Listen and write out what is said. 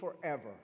forever